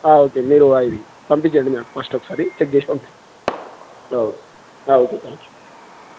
okay మీరు అయివి పంపించండి మకు ఫస్ట్ ఒకసారి చెక్ చేసి పంపి ఓే ఓకే థ